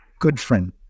Goodfriend